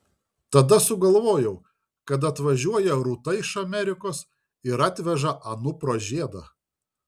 tada sugalvojau kad atvažiuoja rūta iš amerikos ir atveža anupro žiedą